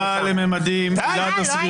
לא הייתי בקריאה ראשונה.